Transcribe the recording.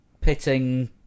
pitting